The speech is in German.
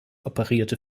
operierte